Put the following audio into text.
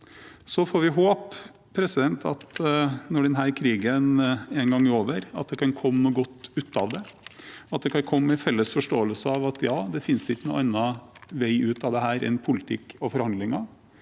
Så får vi håpe at det, når denne krigen en gang er over, kan komme noe godt ut av det, at det kan komme en felles forståelse av at det ikke finnes noen annen vei ut av dette enn politikk og forhandlinger.